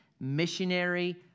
missionary